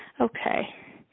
Okay